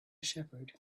shepherd